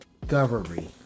discovery